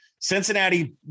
Cincinnati